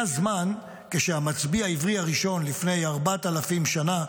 היה זמן, כשהמצביא העברי הראשון, לפני 4,000 שנה,